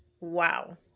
Wow